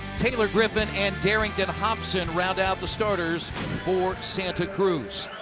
taylor griffin and darington hobson round out the starters for santa cruz.